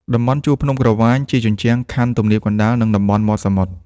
ជួរភ្នំក្រវាញ ជាជញ្ជាំងខ័ណ្ឌទំនាបកណ្តាល និងតំបន់មាត់សមុទ្រ ។